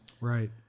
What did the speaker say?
right